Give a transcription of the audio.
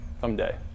someday